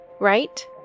right